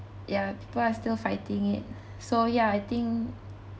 ya people are still fighting it so yeah I think